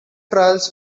trials